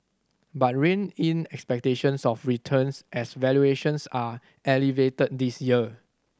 but rein in expectations of returns as valuations are elevated this year